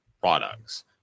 products